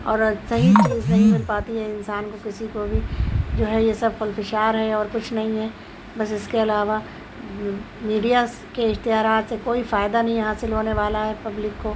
اور صحیح چیز نہیں مل پاتی ہے انسان کو کسی کو بھی جو ہے ہے یہ سب خلفشار ہے اور کچھ نہیں ہے بس اس کے علاوہ میڈیا کے اشتہارات سے کوئی فائدہ حاصل ہونے والا ہے پبلک کو